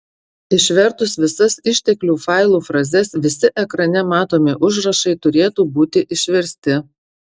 išvertus visas išteklių failų frazes visi ekrane matomi užrašai turėtų būti išversti